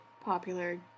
popular